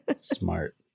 Smart